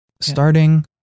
Starting